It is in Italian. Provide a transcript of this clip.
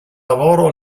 lavoro